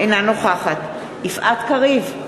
אינה נוכחת יפעת קריב,